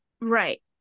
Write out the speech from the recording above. Right